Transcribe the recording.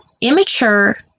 immature